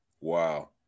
Wow